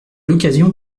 l’occasion